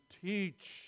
teach